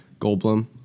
Goldblum